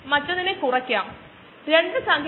വളരെ കുറഞ്ഞ സാന്ദ്രതയിൽ ചെയ്തത് വിഷം ആകുന്നവയും ഉണ്ട്